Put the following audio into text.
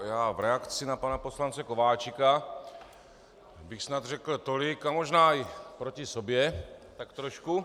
V reakci na pana poslance Kováčika bych snad řekl a možná i proti sobě tak trošku.